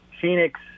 Phoenix